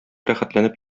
рәхәтләнеп